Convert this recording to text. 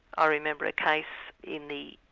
ah remember a case in the.